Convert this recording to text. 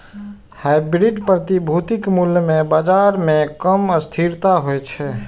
hybrid प्रतिभूतिक मूल्य मे बाजार मे कम अस्थिरता होइ छै